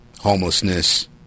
homelessness